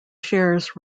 shares